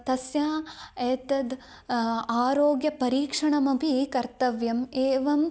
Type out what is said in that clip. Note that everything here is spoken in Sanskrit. तस्य एतद् आरोग्यं परीक्षणमपि कर्तव्यम् एवम्